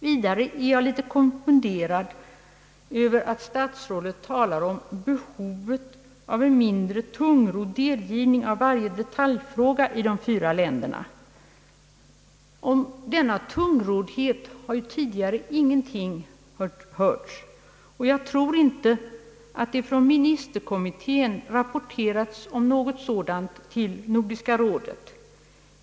Vidare är jag litet konfunderad över att statsrådet talar om »behovet av en mindre tungrodd delgivning av varje detaljfråga till de fyra länderna». Om denna tungroddhet har tidigare ingenting hörts, och jag tror inte att det från ministerkommittén rapporterats om något sådant till Nordiska rådet.